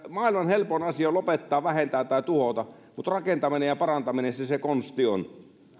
maailman helpoin asia on lopettaa vähentää tai tuhota mutta rakentaminen ja parantaminen se se se konsti on